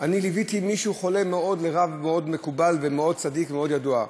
אני ליוויתי מישהו חולה מאוד לרב מקובל מאוד צדיק ומאוד ידוע,